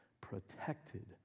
protected